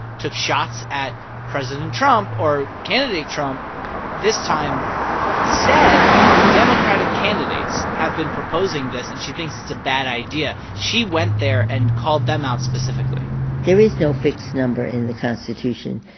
took shots at president trump or candidate trump this time said democratic candidates have been proposing this, and she thinks it's a bad idea. she went there and called them out specifically there is no fixed number in the constitution.